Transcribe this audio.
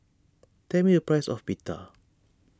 tell me a price of Pita